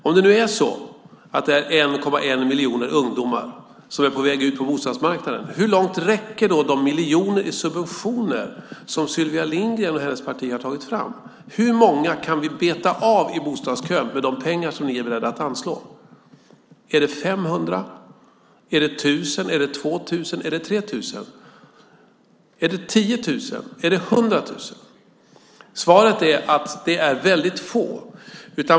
Om nu 1,1 miljon ungdomar är på väg ut på bostadsmarknaden, hur långt räcker då de miljoner i subventioner som Sylvia Lindgrens parti har tagit fram? Hur många kan vi beta av i bostadskön med de pengar som ni är beredda att anslå? Är det 500, 1 000, 2 000, 3 000, 10 000 eller 100 000? Svaret är att det är väldigt få.